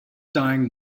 dying